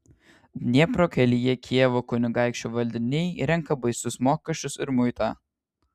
dniepro kelyje kijevo kunigaikščio valdiniai renka baisius mokesčius ir muitą